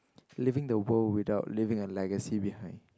leaving the world without leaving a legacy behind